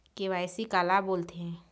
KYC काला बोलथें?